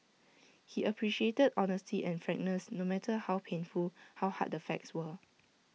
he appreciated honesty and frankness no matter how painful how hard the facts were